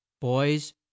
Boys